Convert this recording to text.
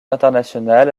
internationale